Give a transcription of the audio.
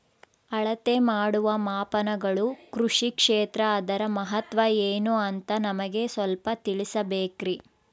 ಅಳತೆ ಮಾಡುವ ಮಾಪನಗಳು ಕೃಷಿ ಕ್ಷೇತ್ರ ಅದರ ಮಹತ್ವ ಏನು ಅಂತ ನಮಗೆ ಸ್ವಲ್ಪ ತಿಳಿಸಬೇಕ್ರಿ?